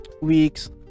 weeks